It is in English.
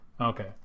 okay